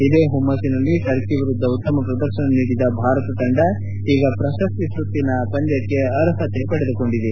ಇದೇ ಹುಮ್ಮಸ್ಸಿನಲ್ಲಿ ಟರ್ಕಿ ವಿರುದ್ದ ಉತ್ತಮ ಪ್ರದರ್ಶನ ನೀಡಿದ ಭಾರತ ತಂಡ ಈಗ ಪ್ರಶಸ್ತಿ ಸುತ್ತಿನ ಪಂದ್ಯಕ್ಕೆ ಅರ್ಹತೆ ಪಡೆದುಕೊಂಡಿದೆ